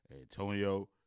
Antonio